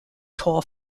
tall